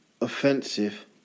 offensive